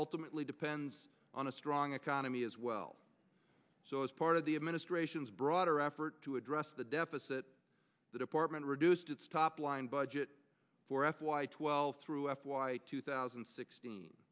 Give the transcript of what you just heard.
ultimately depends on a strong economy as well so as part of the administration's broader effort to address the deficit the department reduced its topline budget for f y twelve through f y two thousand and sixteen